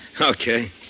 Okay